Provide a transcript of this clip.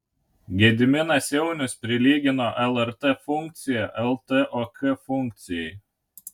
gediminas jaunius prilygino lrt funkciją ltok funkcijai